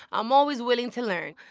i'm always willing to learn.